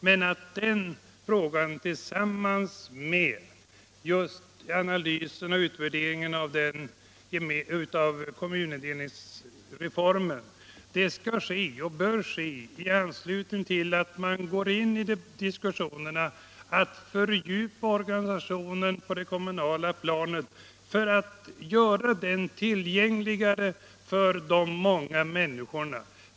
Men behandlingen av den frågan, tillsammans med analysen och utvärderingen av kommunindelningsreformen, skall ske och bör ske i anslutning till att man går in i diskussioner om att fördjupa organisationen på det kommunala planet för att göra den tillgängligare för de många människorna.